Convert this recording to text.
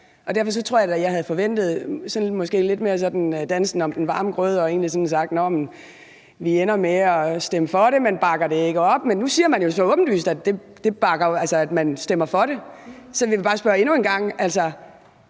den varme grød, og at man egentlig havde sagt, at vi ender med at stemme for det, men bakker det ikke op. Nu siger man jo så åbenlyst, at man stemmer for det. Så jeg vil bare spørge endnu en gang: